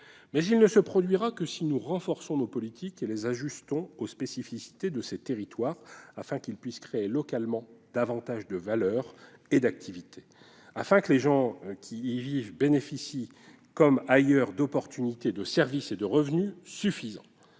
il ne se produira que si nous renforçons nos politiques et si nous les ajustons aux spécificités de ces territoires, afin que ces derniers puissent créer localement davantage de valeur et d'activité. Il faut que les gens qui y vivent bénéficient, comme ailleurs, de chances, de services et de revenus suffisants,